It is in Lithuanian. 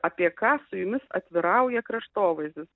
apie ką su jumis atvirauja kraštovaizdis